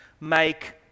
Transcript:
Make